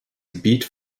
gebiet